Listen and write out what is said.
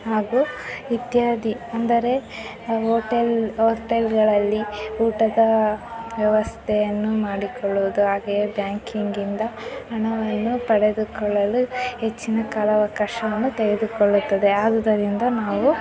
ಹಾಗೂ ಇತ್ಯಾದಿ ಅಂದರೆ ಹೋಟೆಲ್ ಹೋಟೆಲ್ಗಳಲ್ಲಿ ಊಟದ ವ್ಯವಸ್ಥೆಯನ್ನು ಮಾಡಿಕೊಳ್ಳುವುದು ಹಾಗೆಯೇ ಬ್ಯಾಕಿಂಗ್ ಇಂದ ಹಣವನ್ನು ಪಡೆದುಕೊಳ್ಳಲು ಹೆಚ್ಚಿನ ಕಾಲಾವಕಾಶವನ್ನು ತೆಗೆದುಕೊಳ್ಳುತ್ತದೆ ಆದುದರಿಂದ ನಾವು